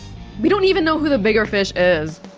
we don't even know who the bigger fish is